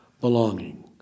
belonging